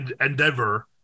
endeavor